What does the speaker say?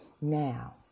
Now